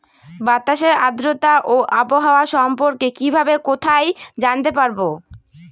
বাতাসের আর্দ্রতা ও আবহাওয়া সম্পর্কে কিভাবে কোথায় জানতে পারবো?